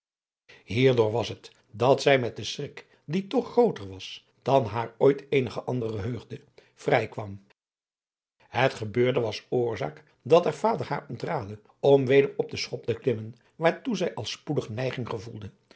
door was het dat zij met den schrik die toch grooter was dan haar ooit eenige andere heugde vrij kwam het gebeurde was oorzaak dat haar vader haar ontraadde om weder op de schop te klimmen waartoe zij al spoedig neiging gevoelde